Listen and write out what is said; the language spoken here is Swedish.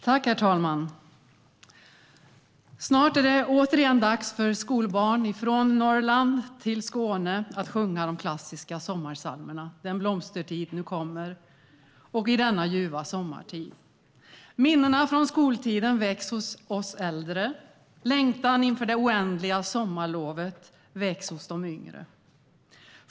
Herr talman! Snart är det återigen dags för skolbarn från Norrland till Skåne att sjunga de klassiska sommarpsalmerna - Den blomstertid nu kommer och I denna ljuva sommartid . Minnena från skoltiden väcks hos oss äldre, längtan inför det oändliga sommarlovet väcks hos de yngre.